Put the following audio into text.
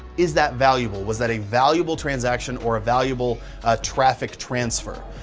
is that valuable? was that a valuable transaction or a valuable ah traffic transfer?